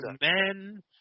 men